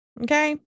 Okay